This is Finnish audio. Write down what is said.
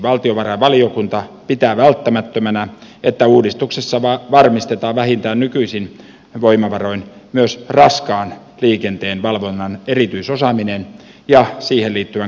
valtiovarainvaliokunta pitää välttämättömänä että uudistuksessa varmistetaan vähintään nykyisin voimavaroin myös raskaan liikenteen valvonnan erityisosaaminen ja siihen liittyvän koulutuksen säilyminen